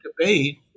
debate